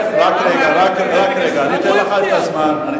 רק רגע, אני אתן לך את הזמן.